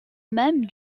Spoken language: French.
même